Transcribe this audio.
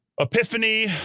Epiphany